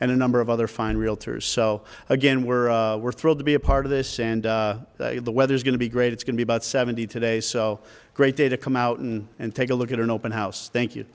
and a number of other fine realtors so again we're we're thrilled to be a part of this and the weather's going to be great it's going to about seventy today so great day to come out and and take a look at an open house thank you